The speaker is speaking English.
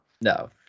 No